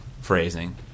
phrasing